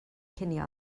cinio